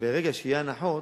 שברגע שיהיו הנחות,